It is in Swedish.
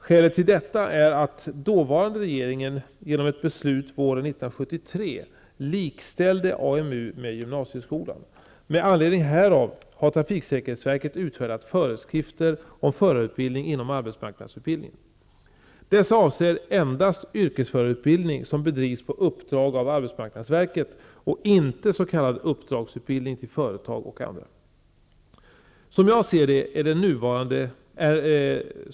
Skälet till detta är att dåvarande regeringen genom ett beslut våren 1973 likställde Dessa avser endast yrkesförarutbildning som bedrivs på uppdrag av arbetsmarknadsverket och inte s.k. uppdragsutbildning till företag och andra.